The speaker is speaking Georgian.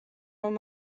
რომ